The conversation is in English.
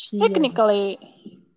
Technically